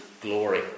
glory